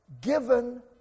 given